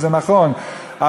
וזה נכון,